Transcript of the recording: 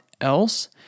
else